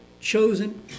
chosen